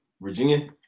Virginia